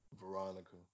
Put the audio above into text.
Veronica